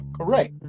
correct